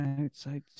Outside